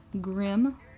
grim